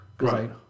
Right